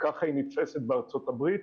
ככה היא נתפסת בארצות הברית,